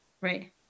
Right